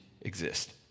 exist